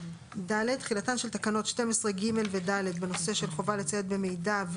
(ד)תחילתן של תקנות 12(ג) ו-(ד) (חובה לצייד במידע),